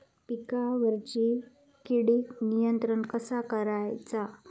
पिकावरची किडीक नियंत्रण कसा करायचा?